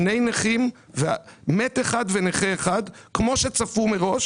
שני נכים ומת אחד ונכה אחד, כמו שצפו מראש